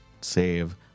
save